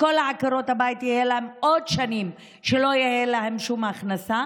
לכל עקרות הבית יהיו עוד שנים שלא תהיה להן שום הכנסה,